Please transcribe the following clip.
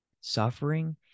suffering